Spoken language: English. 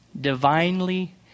Divinely